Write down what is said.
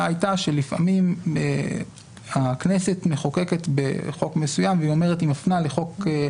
הייתה שלפעמים הכנסת מחוקקת חוק מסוים ומפנה לחוק אחר